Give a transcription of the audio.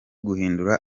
guhindura